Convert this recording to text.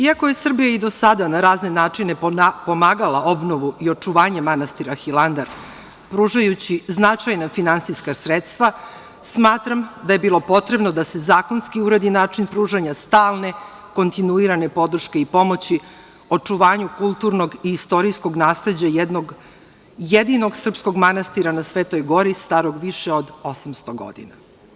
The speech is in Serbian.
Iako je Srbija i do sada na razne načine pomagala obnovu i očuvanje manastira Hilandar, pružajući značajna finansijska sredstva, smatram da je bilo potrebno da se zakonski uredi način pružanja stalne i kontinuirane podrške i pomoći očuvanju kulturnog i istorijskog nasleđa jednog jedinog srpskog manastira na Svetoj gori, starog više od 800 godina.